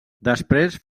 després